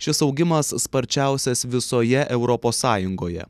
šis augimas sparčiausias visoje europos sąjungoje